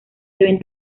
deben